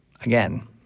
Again